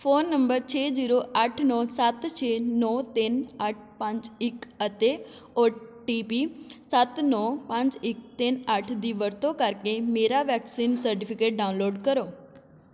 phone number ਛੇ zero ਅੱਠ ਨੌਂ ਸੱਤ ਛੇ ਨੌਂ ਤਿੰਨ ਅੱਠ ਪੰਜ ਇੱਕ ਅਤੇ ਓ ਟੀ ਪੀ ਸੱਤ ਨੌਂ ਪੰਜ ਇੱਕ ਤਿੰਨ ਅੱਠ ਦੀ ਵਰਤੋਂ ਕਰਕੇ ਮੇਰਾ ਵੈਕਸੀਨ ਸਰਟੀਫਿਕੇਟ ਡਾਊਨਲੋਡ ਕਰੋ